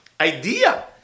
idea